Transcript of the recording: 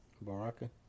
Baraka